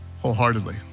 wholeheartedly